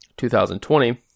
2020